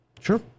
sure